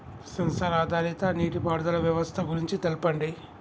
Censor ఆధారిత నీటిపారుదల వ్యవస్థ గురించి తెల్పండి?